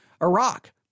Iraq